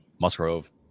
Musgrove